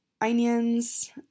onions